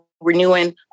renewing